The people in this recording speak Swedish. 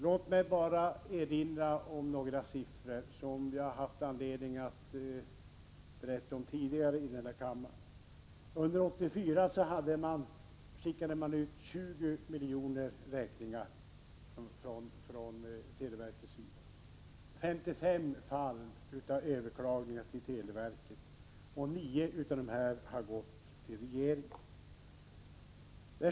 Låt mig bara erinra om några siffror som jag har haft anledning att nämna tidigare här i kammaren. Under 1984 skickade televerket ut 20 miljoner räkningar. 55 fall av överklaganden sändes till televerket, varav 9 gick vidare till regeringen.